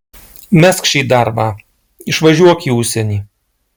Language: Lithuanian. mesk šį darbą išvažiuok į užsienį